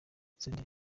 senderi